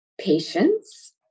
patience